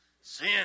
Sin